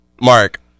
Mark